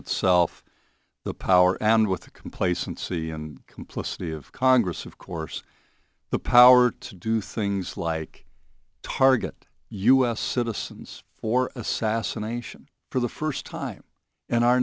itself the power and with the complacency and complicity of congress of course the power to do things like target u s citizens for assassination for the first time in our